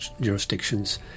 jurisdictions